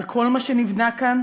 על כל מה שנבנה כאן,